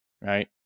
right